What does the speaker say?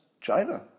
China